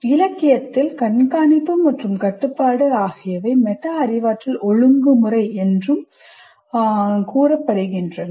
மற்றும் இலக்கியத்தில் கண்காணிப்பு மற்றும் கட்டுப்பாடு ஆகியவை மெட்டா அறிவாற்றல் ஒழுங்குமுறை என குறிப்பிடப்படுகின்றன